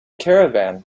caravan